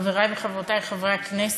חברי וחברותי חברי הכנסת,